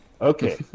Okay